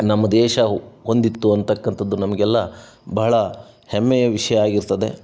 ನಮ್ಮ ದೇಶ ಹೊಂದಿತ್ತು ಅನ್ನತಕ್ಕಂಥದ್ದು ನಮಗೆಲ್ಲ ಬಹಳ ಹೆಮ್ಮೆಯ ವಿಷಯ ಆಗಿರ್ತದೆ